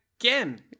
again